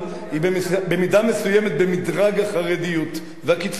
היא במידה מסוימת במדרג החרדיות והקיצוניות.